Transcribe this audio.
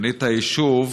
בנית יישוב,